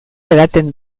edaten